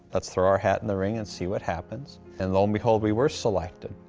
let's throw our hat in the ring and see what happens. and, lo and behold we were selected.